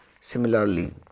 Similarly